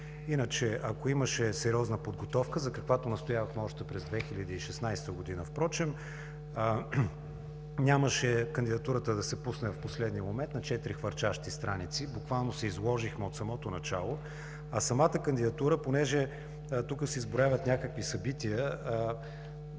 принцип. Ако имаше сериозна подготовка, за каквато впрочем настоявахме още през 2016 г., нямаше кандидатурата да се пусне в последния момент на четири хвърчащи страници. Буквално се изложихме от самото начало. Самата кандидатура – понеже тук се изброяват някакви събития,